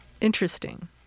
interesting